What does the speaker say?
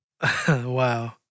Wow